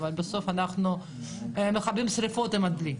אבל בסוף אנחנו מכבים שריפות עם דלי.